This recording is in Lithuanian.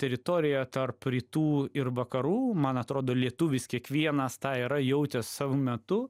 teritorijoje tarp rytų ir vakarų man atrodo lietuvis kiekvienas tą yra jautęs savu metu